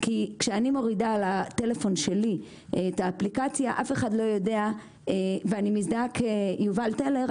כי כשאני מורידה לטלפון שלי את האפליקציה ואני מזדהה כיובל טלר,